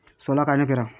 सोला कायनं पेराव?